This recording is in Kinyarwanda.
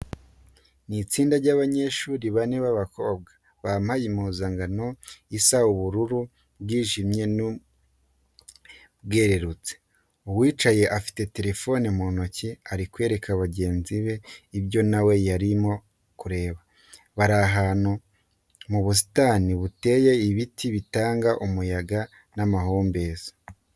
Ni itsinda ry'abanyeshuri bane b'abakobwa, bambaye impuzankano isa ubururu bwijimye n'ubwerurutse. Uwicaye afite telefone mu ntoki ari kwereka bagenzi be ibyo na we yari arimo kureba. Bari ahantu mu busitani buteyemo ibiti bitanga umuyaga n'amahumbezi.